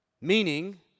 Meaning